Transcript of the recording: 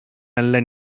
நல்ல